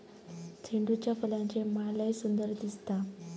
झेंडूच्या फुलांची माळ लय सुंदर दिसता